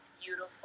beautiful